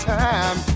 time